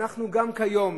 שאנחנו גם כיום